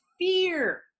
fear